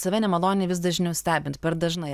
save nemaloniai vis dažniau stebint per dažnai